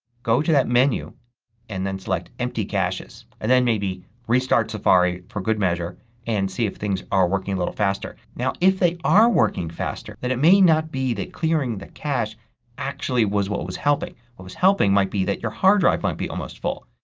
go to that menu and then select empty caches. and then maybe restart safari for good measure and see if things are working a little faster. now if they are working faster then it may not be that clearing the cache actually was what was helping. what was helping might be that your hard drive might be almost full.